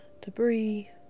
debris